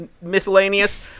Miscellaneous